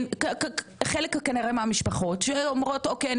חלק כנראה מהמשפחות שאומרות אוקיי.